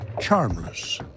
charmless